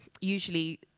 usually